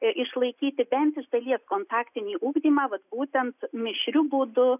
išlaikyti bent iš dalies kontaktinį ugdymą vat būtent mišriu būdu